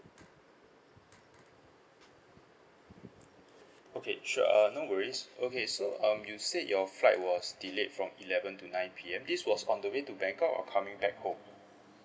okay sure uh no worries okay so um you said your flight was delayed from eleven to nine P_M this was on the way to bangkok or coming back home